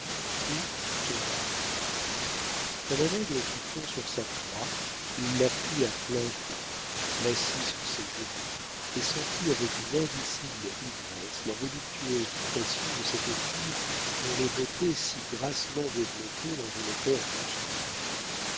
tout tomba comme un aigle qui fond sur sa proie il la prit à plein corps l'assit sur ses genoux et sentit avec une indicible ivresse la voluptueuse pression de cette fille dont les beautés si grassement développées l'enveloppèrent doucement